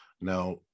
Now